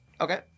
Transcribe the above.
Okay